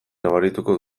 nabarituko